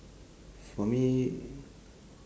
for me